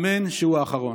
אמן שהוא האחרון.